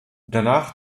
danach